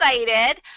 excited